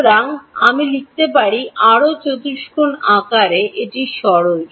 সুতরাং আমি লিখতে পারি আরও চতুষ্কোণ আকারে এটি সরল